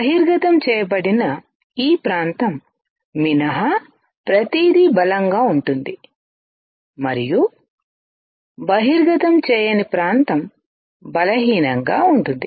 బహిర్గతం చేయబడిన ఈ ప్రాంతం మినహా ప్రతిదీ బలంగా ఉంటుంది మరియు బహిర్గతం చేయని ప్రాంతం బలహీనంగా ఉంటుంది